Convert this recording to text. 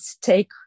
take